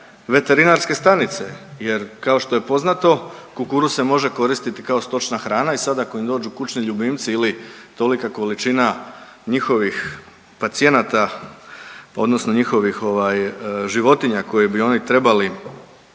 veterinarske stanice jer kao što je poznato kukuruz se može koristiti kao stočna hrana i sad ako im dođu kućni ljubimci ili tolika količina njihovih pacijenata odnosno njihovih ovaj životinja koje bi oni trebali